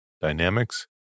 dynamics